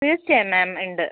തീർച്ചയായും മാം ഉണ്ട്